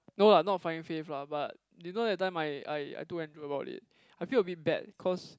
no lah not finding faith lah but you know that time I I I told Andrew about it I feel a bit bad cause